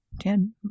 ten